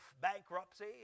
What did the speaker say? bankruptcy